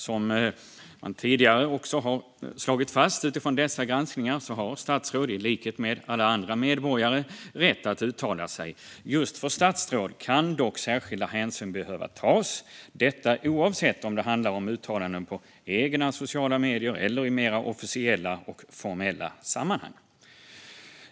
Som tidigare också har slagits fast utifrån dessa granskningar har statsråd, i likhet med alla andra medborgare, rätt att uttala sig. Just för statsråd kan dock särskilda hänsyn behöva tas, detta oavsett om det handlar om uttalanden på egna sociala medier eller i mer officiella och formella sammanhang.